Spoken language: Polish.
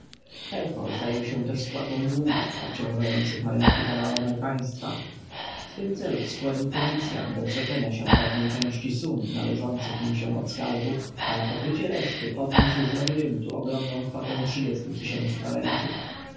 zajął się też spłatą długów obciążających majątki faraona i państwa w tym celu skłonił fenicjan do zrzeczenia się pewnej części sum należących się im od skarbu a na pokrycie reszty podniósł z labiryntu ogromną kwotę trzydziestu tysięcy talentów